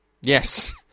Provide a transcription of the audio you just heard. Yes